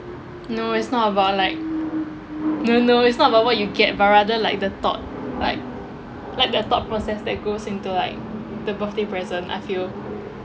no it's not about like no no it's not about what you get but rather like the thought like like the thought process that goes into like the birthday present I feel